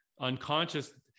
unconscious